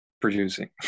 Producing